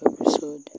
episode